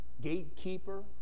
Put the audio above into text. gatekeeper